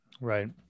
right